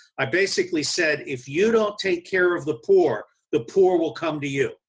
i basically said, if you don't take care of the poor, the poor will come to you.